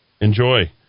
Enjoy